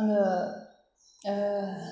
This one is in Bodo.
आङो